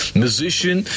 musician